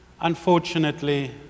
unfortunately